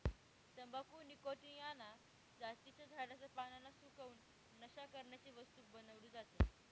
तंबाखू निकॉटीयाना जातीच्या झाडाच्या पानांना सुकवून, नशा करण्याची वस्तू बनवली जाते